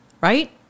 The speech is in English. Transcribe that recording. right